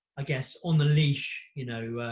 guess, on the leash, you know,